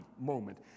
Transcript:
moment